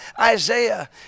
isaiah